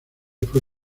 fue